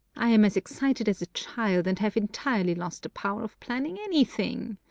i am as excited as a child, and have entirely lost the power of planning anything.